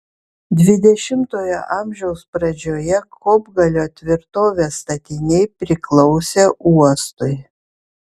dvidešimtojo amžiaus pradžioje kopgalio tvirtovės statiniai priklausė uostui